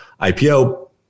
IPO